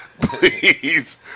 please